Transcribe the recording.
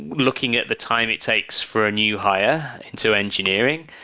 looking at the time it takes for a new hire to engineering.